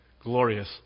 glorious